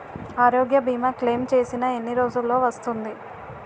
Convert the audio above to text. ఆరోగ్య భీమా క్లైమ్ చేసిన ఎన్ని రోజ్జులో వస్తుంది?